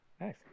Nice